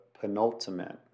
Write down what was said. penultimate